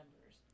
members